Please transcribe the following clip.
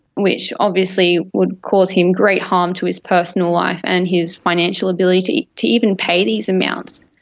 which obviously would cause him great harm to his personal life, and his financial ability to even pay these amounts.